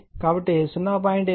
కాబట్టి 0